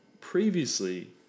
previously